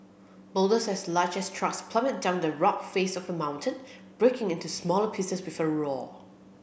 boulders as large as trucks plummeted down the rock face of the mountain breaking into smaller pieces with a roar